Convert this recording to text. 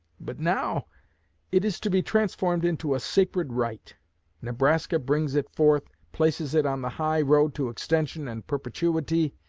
but now it is to be transformed into a sacred right nebraska brings it forth, places it on the high road to extension and perpetuity,